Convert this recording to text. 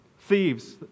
thieves